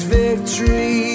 victory